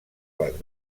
les